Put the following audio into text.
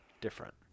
Different